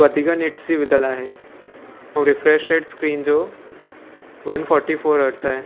वधीक निट्स जी विधल आहे ऐं रीफ्रैश रेट स्क्रीन जो वन फोर्टी फोर हर्टस आहे